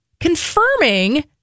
confirming